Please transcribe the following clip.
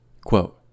Quote